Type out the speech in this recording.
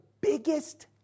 biggest